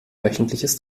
wöchentliches